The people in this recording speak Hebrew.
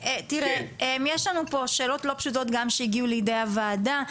תראה, יש לנו שאלות לא פשוטות שהגיעו לידי הוועדה.